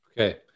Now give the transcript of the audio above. okay